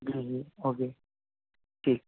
جی جی اوکے ٹھیک